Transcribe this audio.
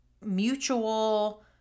mutual